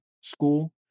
school